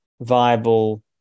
viable